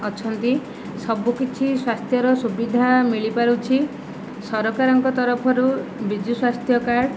ଅଛନ୍ତି ସବୁକିଛି ସ୍ଵାସ୍ଥ୍ୟର ସୁବିଧା ମିଳିପାରୁଛି ସରକାରଙ୍କ ତରଫରୁ ବିଜୁ ସ୍ୱାସ୍ଥ୍ୟ କାର୍ଡ୍